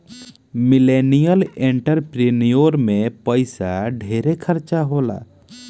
millennial entrepreneur में पइसा ढेर खर्चा होला